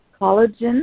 collagen